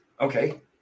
Okay